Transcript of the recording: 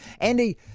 Andy